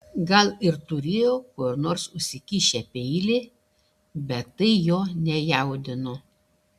gal ir turėjo kur nors užsikišę peilį bet tai jo nejaudino